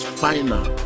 final